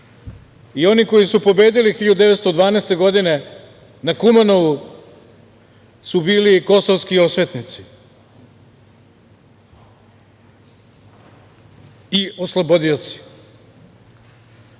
i oni koji su pobedili 1912. godine na Kumanovu su bili kosovski osvetnici i oslobodioci. Uostalom,